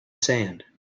sand